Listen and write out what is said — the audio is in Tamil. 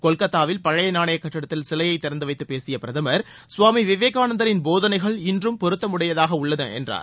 கொல்கத்தாவில் பழைய நாணய கட்டிடத்தில் சிலையை திறந்து வைத்து பேசிய பிரதமர் சுவாமி விவேகானந்தரின் போதனைகள் இன்றும் பொருத்தம் உடையவதாக உள்ளன என்றார்